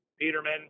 Peterman